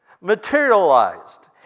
materialized